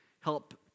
help